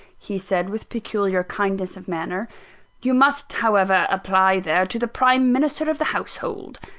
he said, with peculiar kindness of manner you must, however, apply there, to the prime minister of the household,